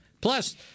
Plus